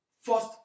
first